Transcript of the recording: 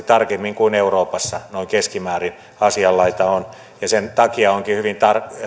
tarkemmin kuin euroopassa noin keskimäärin asianlaita on sen takia onkin hyvin